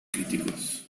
críticos